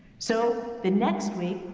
so, the next week,